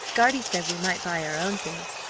guardy said we might buy our own things.